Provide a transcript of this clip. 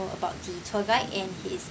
about the tour guide and his